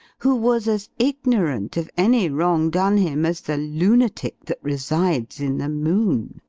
who was as ignorant of any wrong done him as the lunatic that resides in the moon.